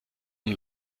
und